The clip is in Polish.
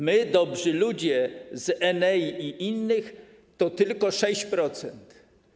My, dobrzy ludzie z Enei i innych, to tylko 6%.